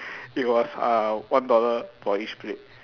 it was uh one dollar for each plate